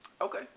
Okay